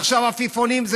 ועכשיו העפיפונים,